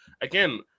again